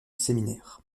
séminaire